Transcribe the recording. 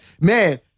man